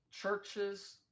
churches